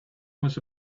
was